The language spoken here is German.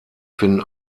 finden